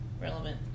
relevant